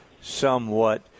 somewhat